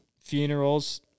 Funerals